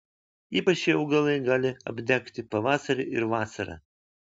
ypač šie augalai gali apdegti pavasarį ir vasarą